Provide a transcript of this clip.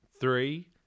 Three